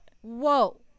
whoa